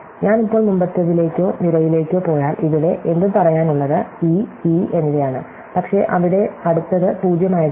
ഞാൻ ഇപ്പോൾ മുമ്പത്തേതിലേക്കോ നിരയിലേക്കോ പോയാൽ ഇവിടെ എന്തും പറയാനുള്ളത് ഇ ഇ എന്നിവയാണ് പക്ഷേ അവിടെ അടുത്തത് 0 ആയതിനാൽ